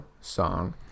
song